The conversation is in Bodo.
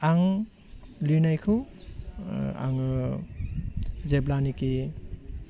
आं लिरनायखौ आङो जेब्लानेखि